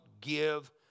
give